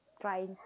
trying